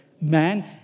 man